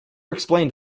explained